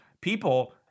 people